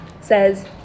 says